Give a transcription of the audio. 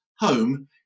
home